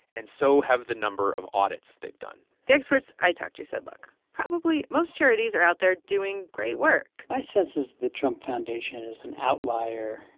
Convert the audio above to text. and so have the number of audits they've done the experts i talked to said, look probably, most charities are out there doing great work my sense is the trump foundation is an outlier.